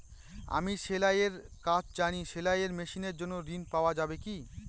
আমি সেলাই এর কাজ জানি সেলাই মেশিনের জন্য ঋণ পাওয়া যাবে কি?